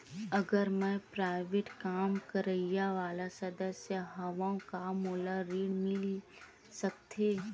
अगर मैं प्राइवेट काम करइया वाला सदस्य हावव का मोला ऋण मिल सकथे?